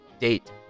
date